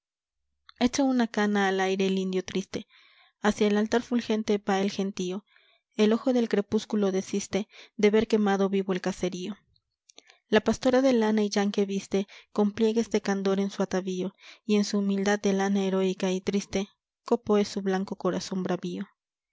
labriego echa una cana al aire el indio triste hacia el altar fulgente va el gentío el ojo del crepúsculo desiste de ver quemado vivo el caserío la pastora de lana y llanque viste con pliegues de candor en su atavío y en su humildad de lana heroica y triste copo es su blanco corazón bravio